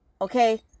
okay